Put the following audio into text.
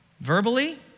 verbally